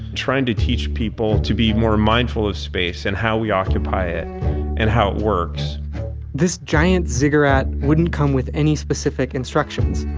trying to teach people to be more mindful of space and how we occupy it and how it works this giant ziggurat wouldn't come with any specific instructions,